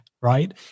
Right